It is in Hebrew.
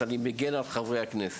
אז אני מגן על חברי הכנסת.